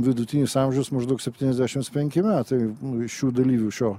vidutinis amžius maždaug septyniasdešimts penki metai nu šių dalyvių šio